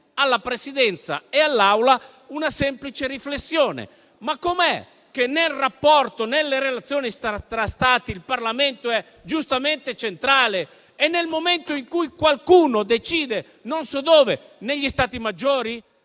alla Presidenza e all'Assemblea una semplice riflessione: com'è che nelle relazioni tra Stati il Parlamento è giustamente centrale e nel momento in cui qualcuno decide, non so dove, negli Stati maggiori,